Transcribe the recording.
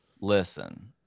Listen